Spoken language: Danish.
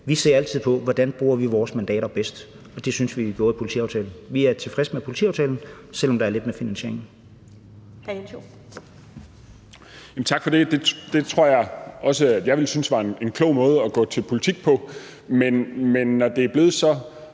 Vi ser altid på, hvordan vi bruger vores mandater bedst, og det synes vi vi gjorde i politiaftalen. Vi er tilfredse med politiaftalen, selv om der er lidt med finansieringen.